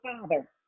father